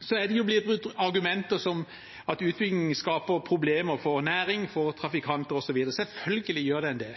Så har det kommet argumenter som at utbyggingen skaper problemer for næring, for trafikanter osv. Selvfølgelig gjør den det.